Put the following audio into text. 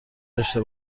داشته